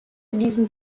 diesen